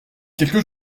quelque